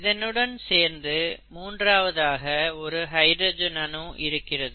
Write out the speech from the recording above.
இதனுடன் சேர்ந்து மூன்றாவதாக ஒரு ஹைட்ரஜன் அணு இருக்கிறது